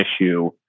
issue